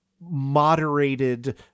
moderated